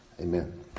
Amen